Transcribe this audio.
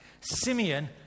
Simeon